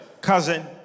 cousin